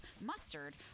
mustard